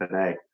today